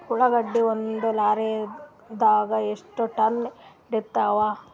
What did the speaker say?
ಉಳ್ಳಾಗಡ್ಡಿ ಒಂದ ಲಾರಿದಾಗ ಎಷ್ಟ ಟನ್ ಹಿಡಿತ್ತಾವ?